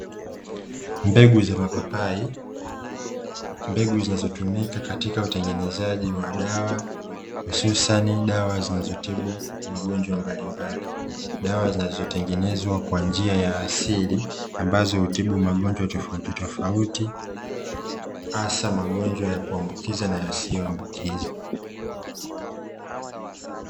Mapapai, mbegu zinazotumika katika utengenezaji wa dawa, hususani dawa zinazotibu magonjwa mbali mbali. Dawa zinazotengenezwa kwa njia ya asili ambazo hutibu magonjwa tofauti tofauti, hasa magonjwa ya kuambukiza na yasiyo ambukiza.